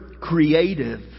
creative